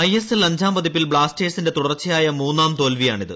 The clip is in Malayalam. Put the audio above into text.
ഐഎസ്എൽ അഞ്ചാം പതിപ്പിൽ ബ്ലാസ്റ്റേഴ്സിന്റെ തുടർച്ചയായ മൂന്നാം തോൽവിയാണിത്